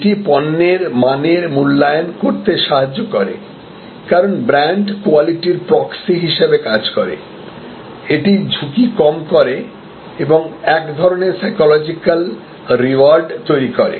এটি পণ্যের মানের মূল্যায়ন করতে সাহায্য করে কারণ ব্র্যান্ড কোয়ালিটির প্রক্সি হিসেবে কাজ করে এটি ঝুঁকি কম করে এবং এক ধরনের সাইকোলজিকাল রিওয়ার্ড তৈরি করে